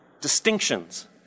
distinctions